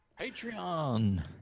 Patreon